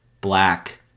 black